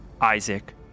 Isaac